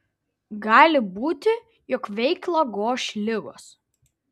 gali būti jog veiklą goš ligos